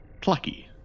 plucky